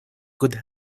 good